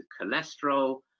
cholesterol